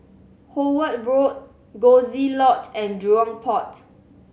Howard Road Coziee Lodge and Jurong Port